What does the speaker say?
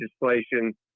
legislation